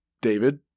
david